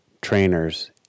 trainers